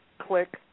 Click